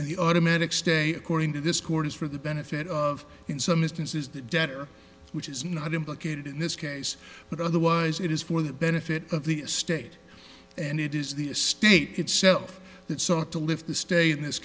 and the automatic stay according to this court is for the benefit of in some instances the debtor which is not implicated in this case but otherwise it is for the benefit of the state and it is the state itself that sought to lift the stay in this